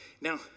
Now